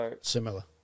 similar